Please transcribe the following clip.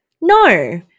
No